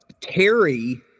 Terry